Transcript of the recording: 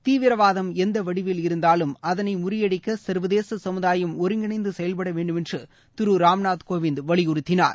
தீவிரவாதம் எந்த வடிவில் இருந்தாலும் அதனை முறியடிக்க சர்வதேச சமுதாயம் ஒருங்கிணைந்து செயல்பட வேண்டுமென்று திரு ராம்நாத் கோவிந்த் வலியுறுத்தினார்